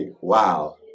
wow